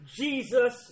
Jesus